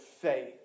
faith